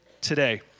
today